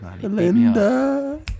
Linda